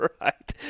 Right